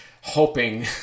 hoping